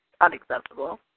unacceptable